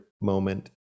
moment